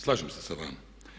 Slažem se sa vama.